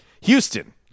Houston